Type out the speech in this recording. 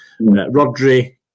Rodri